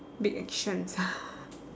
big actions